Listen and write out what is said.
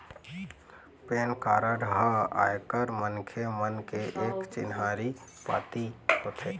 PAN card ह आयकर मनखे मन के एक चिन्हारी पाती होथे